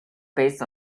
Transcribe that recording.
based